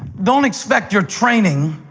don't expect your training,